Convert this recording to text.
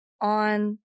on